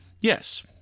Yes